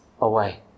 away